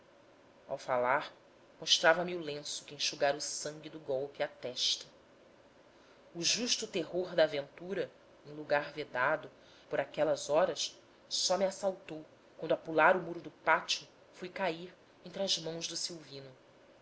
ao falar mostrava me o lenço que enxugara o sangue do golpe à testa o justo terror da aventura em lugar vedado por aquelas horas só me assaltou quando a pular o muro do pátio fui cair entre as mãos do silvino